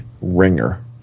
ringer